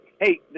Hey